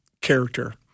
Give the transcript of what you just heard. character